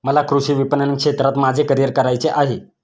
मला कृषी विपणन क्षेत्रात माझे करिअर करायचे आहे